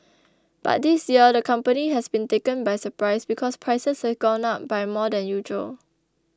but this year the company has been taken by surprise because prices have gone up by more than usual